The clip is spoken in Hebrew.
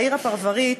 בעיר הפרברית,